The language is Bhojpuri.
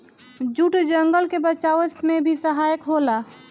जूट जंगल के बचावे में भी सहायक होला